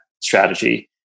strategy